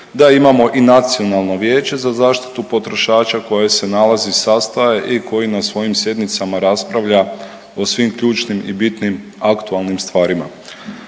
da imamo i Nacionalno vijeće za zaštitu potrošača koje se nalazi, sastaje i koje na svojim sjednicama raspravlja o svim ključnim i bitnim aktualnim stvarima.